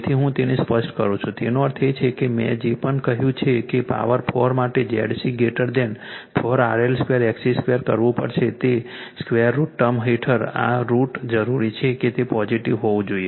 તેથી હું તેને સ્પષ્ટ કરું છું તેનો અર્થ એ છે કે મેં જે પણ કહ્યું છે કે ZC4 4 RL2 XC2 કરવું પડશે તે 2 √ ટર્મ હેઠળ આ √ જરૂરી છે કે તે પોઝિટીવ હોવું જોઈએ